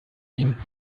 ihn